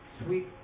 sweet